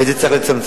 ואת זה צריך לצמצם.